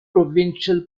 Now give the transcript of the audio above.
provincial